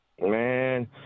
Man